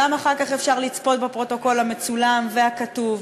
גם אחר כך אפשר לצפות בפרוטוקול המצולם והכתוב.